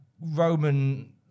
Roman